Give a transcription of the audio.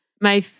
my-